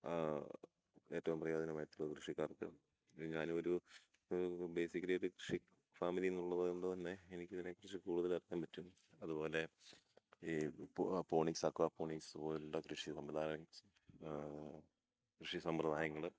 ഏറ്റവും പ്രയോജനമായിട്ടുള്ള കൃഷിക്കാർക്ക് ഇത് ഞാനൊരു ബേസിക്കലി ഒരു കൃഷി ഫാമിലിയെന്നുള്ളതുകൊണ്ട് തന്നെ എനിക്കിതിനെക്കറിച്ച് കൂടുതലറിയാൻ പറ്റും അതുപോലെ ഈ പോണിക്സ് അക്വാ പോണിക്സ് പോലുള്ള കൃഷി സമ്പ്രദായം കൃഷി സമ്പ്രദായങ്ങൾ